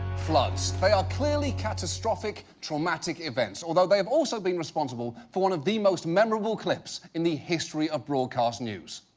floods. they are clearly catastrophic, traumatic events, although they have also been responsible for one of the most memorable clips in the history of broadcast news.